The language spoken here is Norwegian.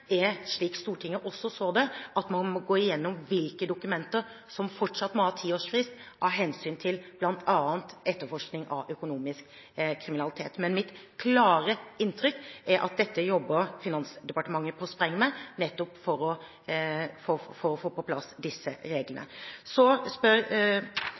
er – slik også Stortinget så det – at man må gå gjennom hvilke dokumenter som fortsatt må ha tiårsfrist av hensyn til bl.a. etterforskning av økonomisk kriminalitet. Mitt klare inntrykk er at dette jobber Finansdepartementet med på spreng, nettopp for å få på plass disse reglene.